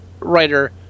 writer